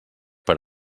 per